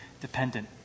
dependent